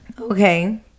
okay